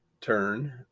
turn